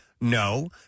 no